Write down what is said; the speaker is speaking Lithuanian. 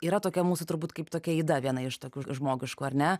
yra tokia mūsų turbūt kaip tokia yda viena iš tokių žmogiškų ar ne